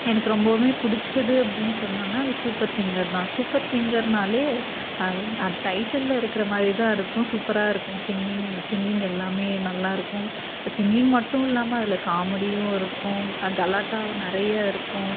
எனக்கு ரொம்பவுமே பிடிச்சது அப்படின் சொன்னோன்னால் அது சூப்பர் சிங்கர் தான் சூப்பர் சிங்கர்னாலே டைட்டிலில் இருக்கிற மாதிரி தான் இருக்கும் சூப்பராக இருக்கும் சிங்கிங் சிங்கிங் எல்லாமே நல்லாயிருக்கும் சிங்கிங் மட்டும் இல்லாமல் அதில் காமெடியும் இருக்கும் கலாட்டாவும் நிறையா இருக்கும்